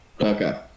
okay